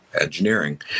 engineering